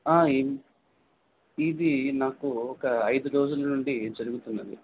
ఇది నాకు ఒక ఐదు రోజుల నుండి జరుగుతున్నది